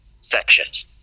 sections